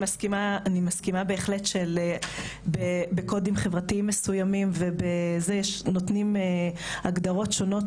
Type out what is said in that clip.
אני מסכימה בהחלט שבקודים חברתיים מסוימים נותנים הגדרות שונות